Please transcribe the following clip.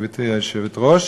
גברתי היושבת-ראש,